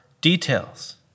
details